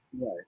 Right